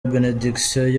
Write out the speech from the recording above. benediction